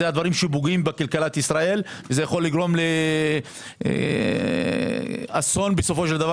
זה הדברים שפוגעים בכלכלת ישראל ויכול לגרום לאסון בסופו של דבר